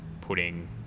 putting